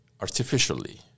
artificially